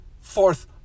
Fourth